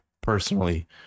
personally